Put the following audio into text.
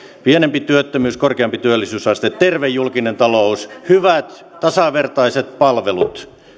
pienempi työttömyys korkeampi työllisyysaste terve julkinen talous hyvät ja tasavertaiset palvelut